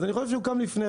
אז הוא קם לפני.